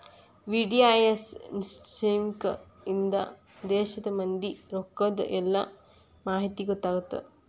VDIS scheme ಇಂದಾ ದೇಶದ್ ಮಂದಿ ರೊಕ್ಕದ್ ಎಲ್ಲಾ ಮಾಹಿತಿ ಗೊತ್ತಾಗತ್ತ